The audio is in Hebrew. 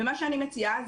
מה שאני מציעה,